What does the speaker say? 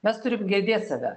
mes turim girdėt save